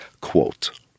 quote